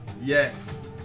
yes